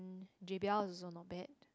J_B_L is also not bad